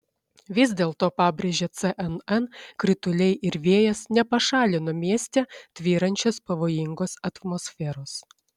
vis dėlto pabrėžia cnn krituliai ir vėjas nepašalino mieste tvyrančios pavojingos atmosferos